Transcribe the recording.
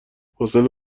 حوصله